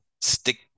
stick